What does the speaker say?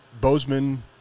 Bozeman